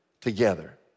together